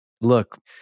look